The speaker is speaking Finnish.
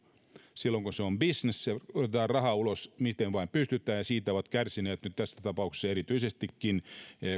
silloin kun se on bisnes otetaan raha ulos miten vain pystytään ja siitä ovat kärsineet nyt tässä tapauksessa erityisestikin